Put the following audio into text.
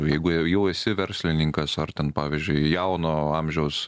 jeigu jau esi verslininkas ar ten pavyzdžiui jauno amžiaus